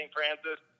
Francis